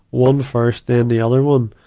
one first then the other one,